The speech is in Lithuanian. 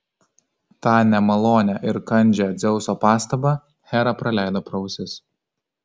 tą nemalonią ir kandžią dzeuso pastabą hera praleido pro ausis